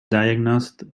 diagnosed